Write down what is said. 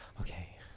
okay